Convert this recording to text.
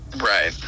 Right